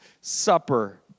supper